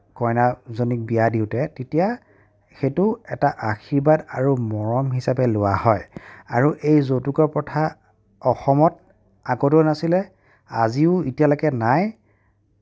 কইনাজনীক বিয়া দিওঁতে তেতিয়া সেইটো এটা আশীৰ্বাদ আৰু মৰম হিচাপে লোৱা হয় আৰু এই যৌতুকৰ প্ৰথা অসমত আগতেও নাছিলে আজিও এতিয়ালৈকে নাই